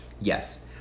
Yes